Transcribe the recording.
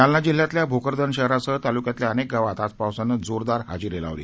जालना जिल्ह्यातल्या भोकरदन शहरासह तालुक्यातल्या अनेक गावात आज पावसानं जोरदार हजेरी लावली